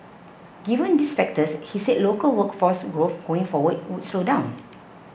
given these factors he said local workforce growth going forward would slow down